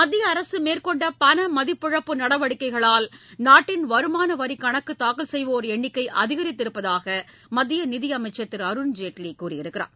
மத்திய அரசு மேற்கொண்ட பண மதிப்பிழப்பு நடவடிக்கையால் நாட்டின் வருமான வரி கணக்கு தாக்கல் செய்வோர் எண்ணிக்கை அதிகரித்திருப்பதாக மத்திய நிதியமைச்சர் திரு அருண்ஜேட்லி கூறியிருக்கிறார்